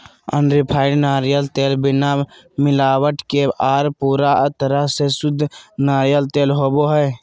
unrefined नारियल तेल बिना मिलावट के आर पूरा तरह से शुद्ध नारियल तेल होवो हय